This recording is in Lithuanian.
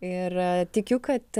ir tikiu kad